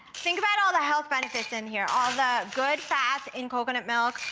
think about all the health benefits in here. all the good fats in coconut milk.